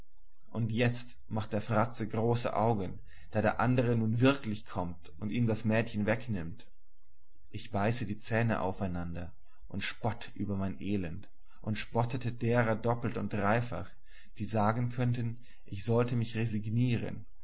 begehren und jetzt macht der fratze große augen da der andere nun wirklich kommt und ihm das mädchen wegnimmt ich beiße die zähne auf einander und spott über mein elend und spottete derer doppelt und dreifach die sagen könnten ich sollte mich resignieren